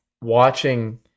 watching